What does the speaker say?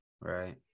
Right